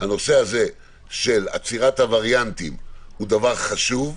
שהנושא הזה של עצירת הווריאנטים הוא דבר חשוב,